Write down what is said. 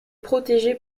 protégée